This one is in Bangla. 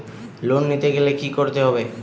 লোন নিতে গেলে কি করতে হবে?